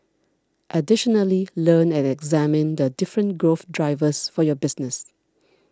additionally learn and examine the different growth drivers for your business